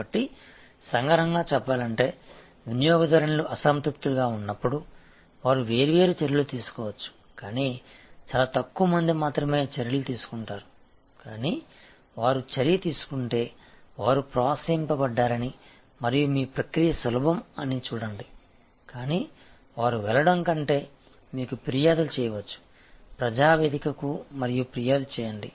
కాబట్టి సంగ్రహంగా చెప్పాలంటే వినియోగదారునిలు అసంతృప్తిగా ఉన్నప్పుడు వారు వేర్వేరు చర్యలు తీసుకోవచ్చు కానీ చాలా తక్కువ మంది మాత్రమే చర్యలు తీసుకుంటారు కానీ వారు చర్య తీసుకుంటే వారు ప్రోత్సహించబడ్డారని మరియు మీ ప్రక్రియ సులభం అని చూడండి కానీ వారు వెళ్లడం కంటే మీకు ఫిర్యాదు చేయవచ్చు ప్రజా వేదికకు మరియు ఫిర్యాదు చేయండి